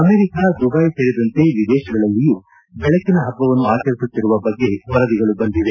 America Dubai ಸೇರಿದಂತೆ ವಿದೇಶಗಳಲ್ಲಿಯೂ ಬೆಳಕಿನ ಹಬ್ಬವನ್ನು ಆಚರಿಸುತ್ತಿರುವ ಬಗ್ಗೆ ವರದಿಯಾಗಿದೆ